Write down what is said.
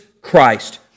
Christ